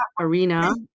arena